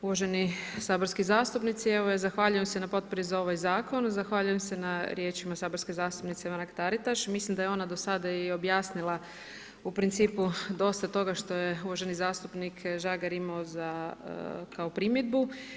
Uvaženi saborski zastupnici, evo zahvaljujem se na potpori za ovaj zakon, zahvaljujem se na riječima saborske zastupnice Mrak-Taritaš, mislim da je ona dosada i objasnila u principu dosta toga što je uvaženi zastupnik Žagar imao za kao primjedbu.